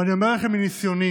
ואני אומר לכם מניסיוני,